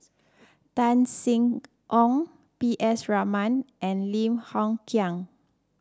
Tan Sin Aun P S Raman and Lim Hng Kiang